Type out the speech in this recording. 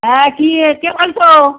হ্যাঁ কি কে বলছো